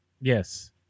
Yes